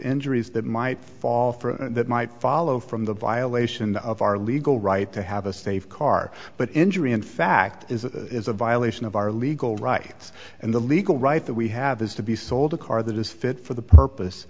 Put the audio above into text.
injuries that might fall for and that might follow from the violation of our legal right to have a safe car but injury in fact is a violation of our legal rights and the legal rights that we have is to be sold a car that is fit for the purpose